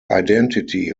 identity